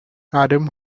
adam